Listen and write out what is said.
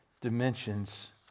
dimensions